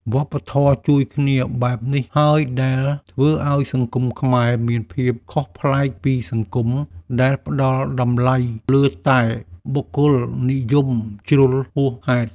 វប្បធម៌ជួយគ្នាបែបនេះហើយដែលធ្វើឱ្យសង្គមខ្មែរមានភាពខុសប្លែកពីសង្គមដែលផ្តល់តម្លៃលើតែបុគ្គលនិយមជ្រុលហួសហេតុ។